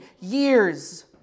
years